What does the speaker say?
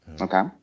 Okay